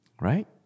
Right